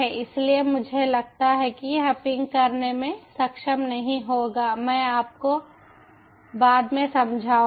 इसलिए मुझे लगता है कि यह पिंग करने में सक्षम नहीं होगा मैं आपको बाद में समझाऊंगा